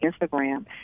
Instagram